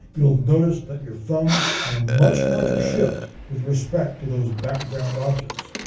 you'll have noticed that your thumb had a much larger shift with respect to those background objects.